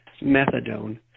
methadone